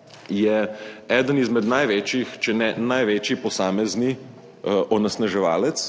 sta eden izmed največjih, če ne največji posamezni onesnaževalec